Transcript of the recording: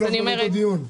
כאילו אנחנו באותו דיון.